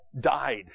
died